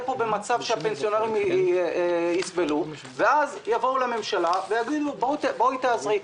פה במצב שהפנסיונרים יסבלו ואז יבואו לממשלה ויגידו: "בואי תעזרי",